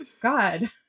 god